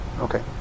Okay